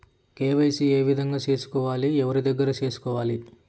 KYC ఏ విధంగా సేసుకోవాలి? ఎవరి దగ్గర సేసుకోవాలి?